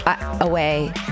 away